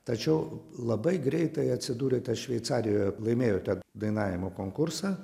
tačiau labai greitai atsidūrėte šveicarijoje laimėjote dainavimo konkursą